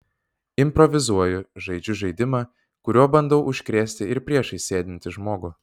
improvizuoju žaidžiu žaidimą kuriuo bandau užkrėsti ir priešais sėdintį žmogų